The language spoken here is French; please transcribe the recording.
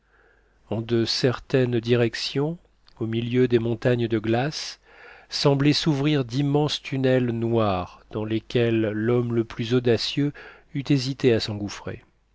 en de certaines directions au milieu des montagnes de glace semblaient s'ouvrir d'immenses tunnels noirs dans lesquels l'homme le plus audacieux eût hésité à s'engouffrer